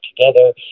together